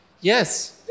Yes